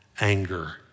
anger